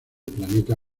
planeta